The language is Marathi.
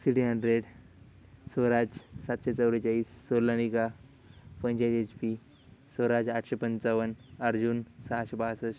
सिटी हंड्रेड स्वराज सातशे चव्वेचाळीस सोनालिका पंचेचाळीस एच पी स्वराज आठशे पंचावन्न अर्जुून सहाशे बासष्ट